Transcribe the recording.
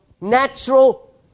natural